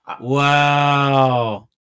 Wow